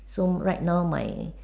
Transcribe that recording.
so right now my